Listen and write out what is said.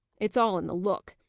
it's all in the look.